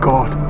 God